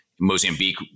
Mozambique